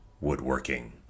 woodworking